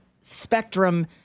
spectrum